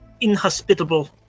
inhospitable